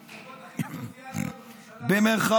המפלגות הכי סוציאליות בממשלה, במירכאות.